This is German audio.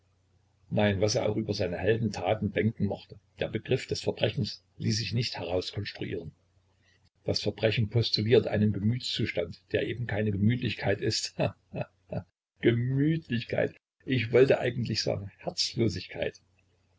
nein was er auch über seine heldentaten denken mochte der begriff des verbrechens ließ sich nicht herauskonstruieren das verbrechen postuliert einen gemütszustand der eben keine gemütlichkeit ist he he he gemütlichkeit ich wollte eigentlich sagen herzlosigkeit